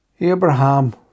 Abraham